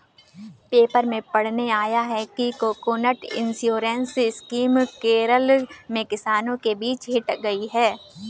paper में पढ़ने आया कि कोकोनट इंश्योरेंस स्कीम केरल में किसानों के बीच हिट हुई है